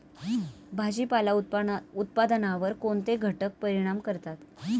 भाजीपाला उत्पादनावर कोणते घटक परिणाम करतात?